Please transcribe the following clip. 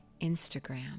Instagram